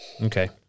Okay